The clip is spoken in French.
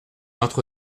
entre